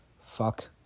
Fuck